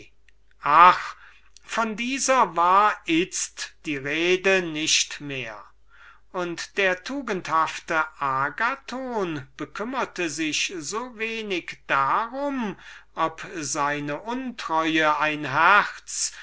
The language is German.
von dieser war nun die rede nicht mehr und der tugendhafte agathon bekümmerte sich wenig darum ob seine untreue ein herz